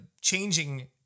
changing